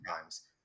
times